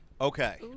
Okay